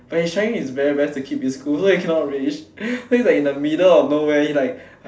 but he's trying his very very best to keep his cool so he cannot rage then he's like in the middle of nowhere he's like